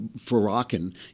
Farrakhan